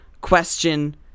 question